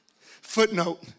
Footnote